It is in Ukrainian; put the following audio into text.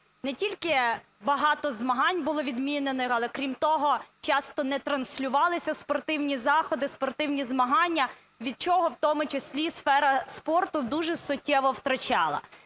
Не тільки багато змагань були відмінені, але крім того, часто не транслювалися спортивні заходи, спортивні змагання, від чого в тому числі сфера спорту дуже суттєво втрачала.